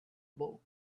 bulk